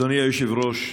אדוני היושב-ראש,